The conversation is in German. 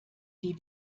die